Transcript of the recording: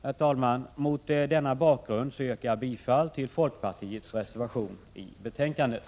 Herr talman! Mot denna bakgrund yrkar jag bifall till folkpartiets reservation i betänkandet.